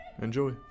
Enjoy